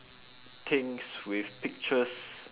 things with pictures